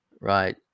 Right